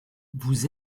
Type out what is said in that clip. vous